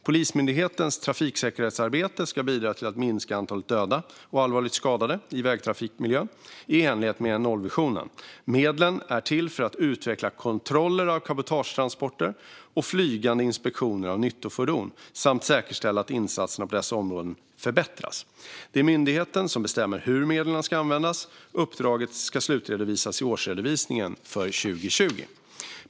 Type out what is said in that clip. Polismyndighetens trafiksäkerhetsarbete ska bidra till att minska antalet döda och allvarligt skadade i vägtrafikmiljön i enlighet med nollvisionen. Medlen är till för att utveckla kontroller av cabotagetransporter och flygande inspektioner av nyttofordon samt för att säkerställa att insatserna på dessa områden förbättras. Det är myndigheten som bestämmer hur medlen ska användas. Uppdraget ska slutredovisas i årsredovisningen för 2020.